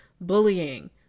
Bullying